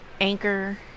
Anchor